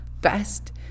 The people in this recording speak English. best